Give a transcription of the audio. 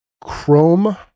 Chrome